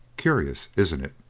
curious, isn't it?